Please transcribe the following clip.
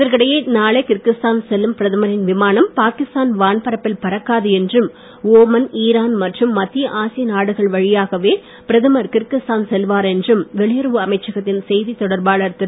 இதற்கிடையே நாளை கிர்கிஸ்தான் செல்லும் பிரதமரின் விமானம் பாகிஸ்தான் வான்பரப்பில் பறக்காது என்றும் ஓமன் ஈரான் மற்றும் மத்திய ஆசிய நாடுகள் வழியாகவே பிரதமர் கிர்கிஸ்தான் செல்வார் என்றும் வெளியுறவு அமைச்சகத்தின் செய்தி தொடர்பாளர் திரு